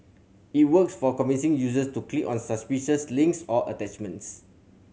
it works for convincing users to click on suspicious links or attachments